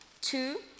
Two